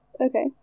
Okay